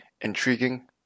intriguing